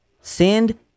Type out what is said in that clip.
send